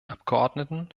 abgeordneten